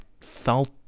felt